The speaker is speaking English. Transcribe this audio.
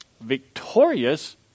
victorious